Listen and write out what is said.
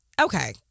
Okay